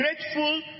grateful